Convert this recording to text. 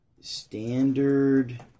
Standard